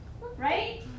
Right